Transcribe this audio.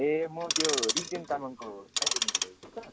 ए म त्यो रिग्देन तामाङको गार्जियन बोलेको कि सर